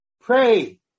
Pray